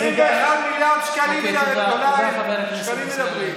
21 מיליארד שקלים, אוקיי, תודה,